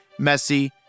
Messi